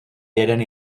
jeden